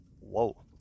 Whoa